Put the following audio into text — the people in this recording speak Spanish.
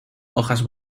hojas